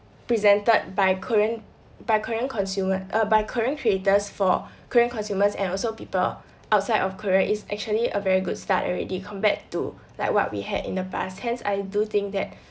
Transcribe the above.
presented by korean by korean consumer by korean creators for korean consumers and also people outside of korea is actually a very good start already compared to like what we had in the past hence I do think that